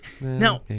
No